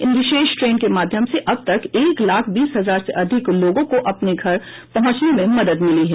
इन विशेष ट्रेन के माध्यम से अब तक एक लाख बीस हजार से अधिक लोगों को अपने घर पहुंचने में मदद मिली है